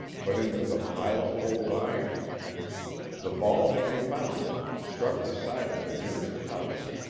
but into the pile of old iron the ball had rebounded, struck the side of the nearest house,